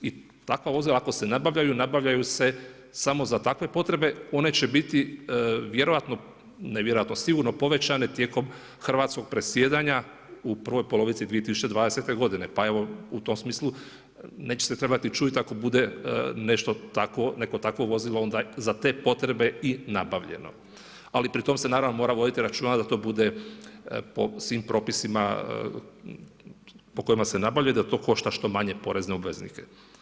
I takva vozila ako se nabavljaju, nabavljaju se samo za takve potrebe, one će biti sigurno povećanje tijekom hrvatskog predsjedanja u prvoj polovici 2020. godine, pa evo u tom smislu neće se trebati čuditi ako bude nešto tako, neko takvo vozilo onda za te potrebe i nabavljeno, ali pri tom se naravno mora voditi računa da to bude po svim propisima po kojima se nabavlja i da to košta što manje porezne obveznike.